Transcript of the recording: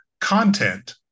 content